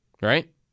Right